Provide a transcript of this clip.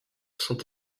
sont